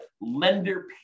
lender